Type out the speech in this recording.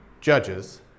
Judges